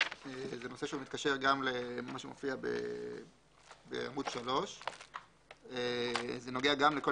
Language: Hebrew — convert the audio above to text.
זה נושא שמתקשר גם למה שמופיע בעמוד 3. זה נוגע גם לכל